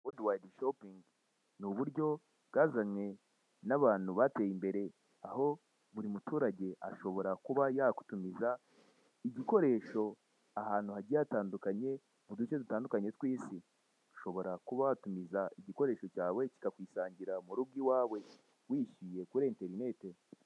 Wodi wayidi shopingi ni uburyo bwazanwe n'abantu bateye imbere, aho buri muturage ashobora kuba yatumiza igikoresho ahantu hagiye hatandukanye, mu duce dutandukanye tw'isi. Ushobora kuba watumiza igikoresho cyawe kikakwisangira mu rugo iwawe, wishyuye kuri interinete.